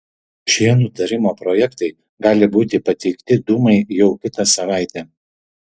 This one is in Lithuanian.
šie nutarimo projektai gali būti pateikti dūmai jau kitą savaitę